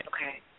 Okay